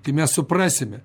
kai mes suprasime